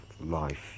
Life